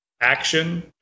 action